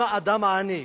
אם האדם העני,